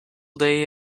day